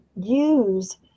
use